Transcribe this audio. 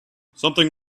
something